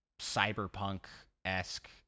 cyberpunk-esque